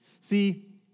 See